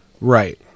Right